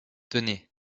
tenez